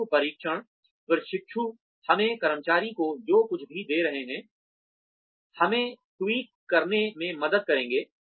पूर्व परीक्षण प्रशिक्षु हमें कर्मचारियों को जो कुछ भी दे रहे हैं हमें ट्वीक करने में मदद करेंगे